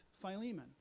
Philemon